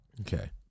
Okay